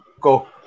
go